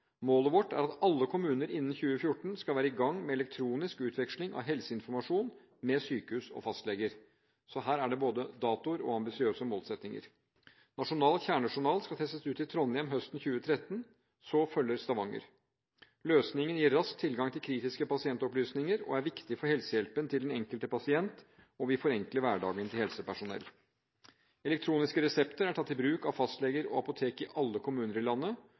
Målet vårt er at alle kommuner innen 2014 skal være i gang med elektronisk utveksling av helseinformasjon med sykehus og fastleger. Så her er det både datoer og ambisiøse målsettinger. Nasjonal kjernejournal skal testes ut i Trondheim høsten 2013, så følger Stavanger. Løsningen gir rask tilgang til kritiske pasientopplysninger, er viktig for helsehjelpen til den enkelte pasient og vil forenkle hverdagen til helsepersonell. Elektroniske resepter er tatt i bruk av fastleger og apotek i alle kommuner i landet,